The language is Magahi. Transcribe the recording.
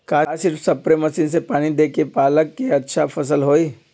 का सिर्फ सप्रे मशीन से पानी देके पालक के अच्छा फसल होई?